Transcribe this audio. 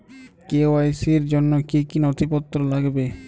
KYC র জন্য কি কি নথিপত্র লাগবে?